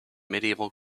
medieval